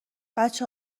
بچه